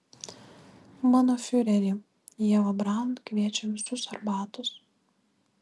mano fiureri ieva braun kviečia visus arbatos